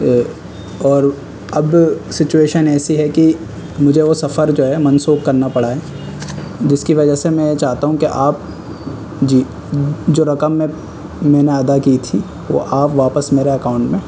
اور اب سچوئیشن ایسی ہے کہ مجھے وہ سفر جو ہے منسوخ کرنا پڑا ہے جس کی وجہ سے میں چاہتا ہوں کہ آپ جی جو رقم میں میں نے ادا کی تھی وہ آپ واپس میرے اکاؤنٹ میں